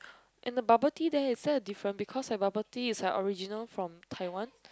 and the bubble tea there is very different because the bubble tea is like original from Taiwan